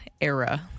era